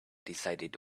decided